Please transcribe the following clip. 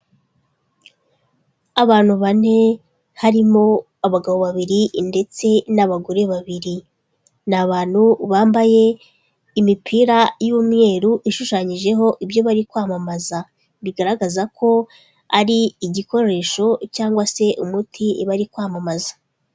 Abantu bane harimo abagabo babiri ndetse n'abagore babiri, ni abantu bambaye imipira y'umweru ishushanyijeho ibyo bari kwamamaza, bigaragaza ko ari igikoresho cyangwa se umuti bari kwamamaza.